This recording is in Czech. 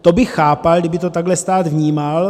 To bych chápal, kdyby to takhle stát vnímal.